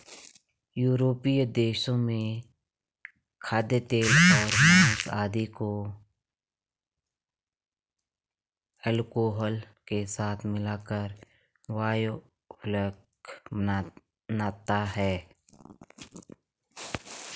यूरोपीय देशों में खाद्यतेल और माँस आदि को अल्कोहल के साथ मिलाकर बायोफ्यूल बनता है